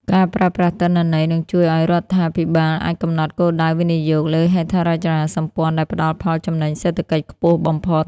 ការប្រើប្រាស់ទិន្នន័យ នឹងជួយឱ្យរដ្ឋាភិបាលអាចកំណត់គោលដៅវិនិយោគលើហេដ្ឋារចនាសម្ព័ន្ធដែលផ្ដល់ផលចំណេញសេដ្ឋកិច្ចខ្ពស់បំផុត។